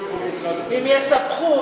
אם יספחו.